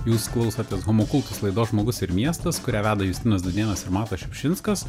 jūs klausotės homo kultus laidos žmogus ir miestas kurią veda justinas dudėnas ir matas šiupšinskas